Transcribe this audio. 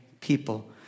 people